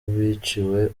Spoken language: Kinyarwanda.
biciwe